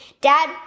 Dad